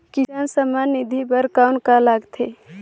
किसान सम्मान निधि बर कौन का लगथे?